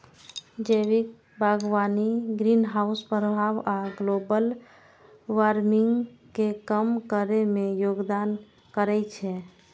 जैविक बागवानी ग्रीनहाउस प्रभाव आ ग्लोबल वार्मिंग कें कम करै मे योगदान करै छै